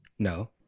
No